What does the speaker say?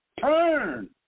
Turn